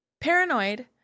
paranoid